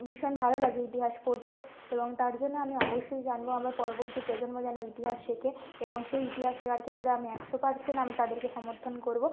ভীষণ ভালো লাগে ইতিহাস পড়তে এবং তার জন্য আমি অবশ্যই জানবো আমার পরবর্তী প্রজন্ম যেন ইতিহাস শেখে এবং সেই ইতিহাস শেখার ক্ষেত্রে আমি একশো পার্সেন্ট আমি তাদেরকে সমর্থন করবো